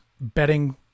betting